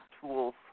tools